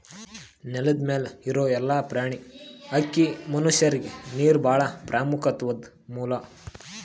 ನೆಲದ್ ಮ್ಯಾಲ್ ಇರೋ ಎಲ್ಲಾ ಪ್ರಾಣಿ, ಹಕ್ಕಿ, ಮನಷ್ಯರಿಗ್ ನೀರ್ ಭಾಳ್ ಪ್ರಮುಖ್ವಾದ್ ಮೂಲ